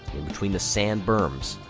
between the sand berms.